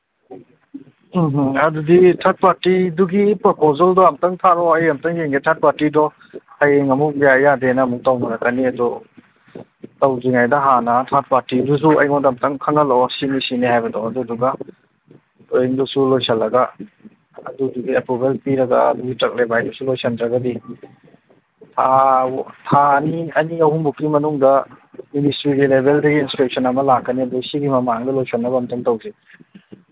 ꯊꯥꯔꯛꯑꯣ ꯑꯩ ꯑꯝꯇꯪ ꯌꯦꯡꯒꯦ ꯊꯥꯔꯠ ꯄꯥꯔꯇꯤꯗꯣ ꯍꯌꯦꯡ ꯑꯃꯨꯛ ꯌꯥꯏ ꯌꯥꯗꯦꯅ ꯑꯃꯨꯛ ꯇꯧꯅꯔꯛꯀꯅꯤ ꯑꯗꯨ ꯇꯧꯗ꯭ꯔꯤꯉꯩꯗ ꯍꯥꯟꯅ ꯊꯥꯔꯠ ꯄꯥꯔꯇꯤꯗꯨꯁꯨ ꯑꯩꯉꯣꯟꯗ ꯍꯥꯟꯅ ꯑꯝꯇꯪ ꯈꯪꯍꯜꯂꯛꯑꯣ ꯁꯤꯅꯤ ꯁꯤꯅꯤ ꯍꯥꯏꯕꯗꯣ ꯑꯗꯨꯗꯨꯒ ꯗ꯭ꯔꯣꯋꯤꯡꯗꯨꯁꯨ ꯂꯣꯏꯁꯜꯂꯒ ꯑꯗꯨꯗꯨꯒꯤ ꯑꯦꯄ꯭ꯔꯨꯚꯦꯜ ꯄꯤꯔꯒ ꯂꯣꯏꯁꯤꯟꯗ꯭ꯔꯒꯗꯤ ꯊꯥ ꯊꯥ ꯑꯅꯤ ꯑꯅꯤ ꯑꯍꯨꯝꯕꯨꯛꯀꯤ ꯃꯅꯨꯡꯗ ꯃꯤꯅꯤꯁꯇ꯭ꯔꯤꯒꯤ ꯂꯦꯕꯦꯜꯗꯒꯤ ꯏꯟꯁꯄꯦꯛꯁꯟ ꯑꯃ ꯂꯥꯛꯀꯅꯤ ꯁꯤꯒꯤ ꯃꯃꯥꯡꯗ ꯂꯣꯏꯁꯤꯟꯅꯕ ꯑꯝꯇꯪ ꯇꯧꯁꯤ